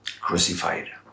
crucified